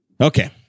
Okay